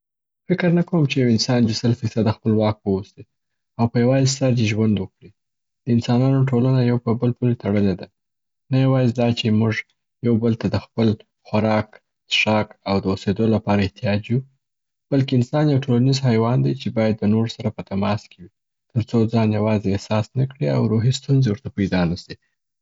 فکر نه کوم چې یو انسان دي سل فیصده خپلواک و اوسي او په یوازي سر دي ژوند وکړي. د انسانانو ټولنه یو په بل پوري تړلي ده. نه یوازي دا چي موږ یو بل ته د خپل خوراک، څښاک او د اوسیدو لپاره احتیاج یو، بلکی انسان یو ټولنیز حیوان دی چې باید د نورو سره په تماس کي وي تر څو ځان یوازي احساس نه کړي او روحي ستونزی ورته پیدا نسي.